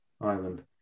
island